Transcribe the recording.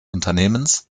unternehmens